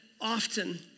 often